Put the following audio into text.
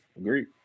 agree